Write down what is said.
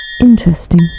Interesting